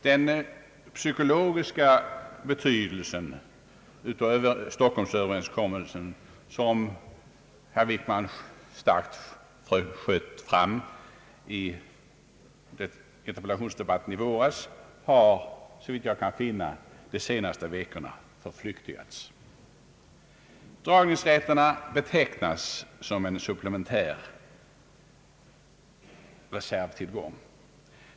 Den psykologiska betydelsen av Stockholmsöverenskommelsen, vilken herr Wickman starkt sköt fram i interpellationsdebatten i våras, har såvitt jag kan finna förflyktigats de senaste veckorna. Dragningsrätterna betecknas som supplementär reservtillgång.